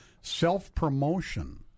self-promotion